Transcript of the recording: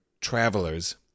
travelers